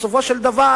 בסופו של דבר